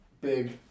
big